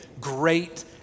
great